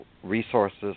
Resources